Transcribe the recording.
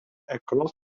across